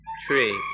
tree